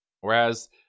Whereas